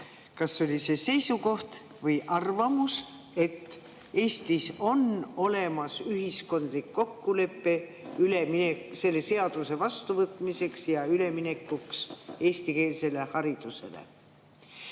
kas see oli seisukoht või arvamus, et Eestis on olemas ühiskondlik kokkulepe selle seaduse vastuvõtmiseks ja üleminekuks eestikeelsele haridusele.